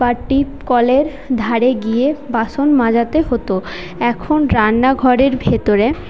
বা টিপ কলের ধারে গিয়ে বাসন মাজাতে হতো এখন রান্না ঘরের ভিতরে